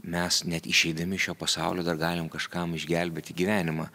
mes net išeidami iš šio pasaulio dar galim kažkam išgelbėti gyvenimą